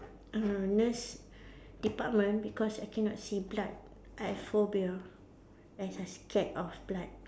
uh nurse department because I cannot see blood I have phobia as I scared of blood